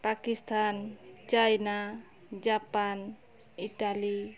Pakistan China Japan Italy